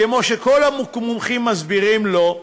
כמו שכל המומחים מסבירים לו,